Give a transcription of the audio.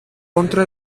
contra